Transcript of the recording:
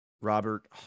Robert